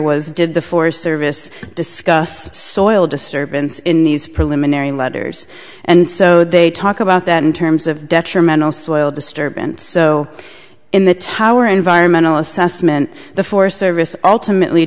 was did the forest service discuss soil disturbance in these preliminary letters and so they talk about that in terms of detrimental soil disturbance so in the tower environmental assessment the forest service ultimately